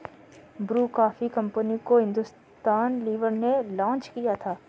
Bru coffee company को Hindustan Lever ने launch किया था